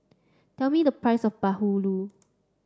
tell me the price of Bahulu